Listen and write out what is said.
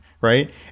right